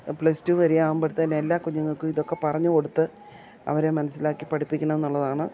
plus two വരെ ആവുമ്പോഴത്തേക്ക് എല്ലാ കുഞ്ഞുങ്ങൾക്കും ഇതൊക്കെ പറഞ്ഞു കൊടുത്ത് അവരെ മനസ്സിലാക്കി പഠപ്പിക്കണമെന്നുള്ളതാണ്